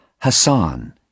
Hassan